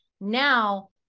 Now